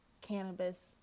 cannabis